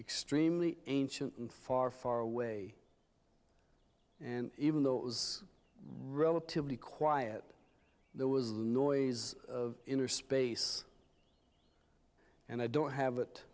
extremely ancient and far far away and even though it was relatively quiet there was the noise of inner space and i don't have it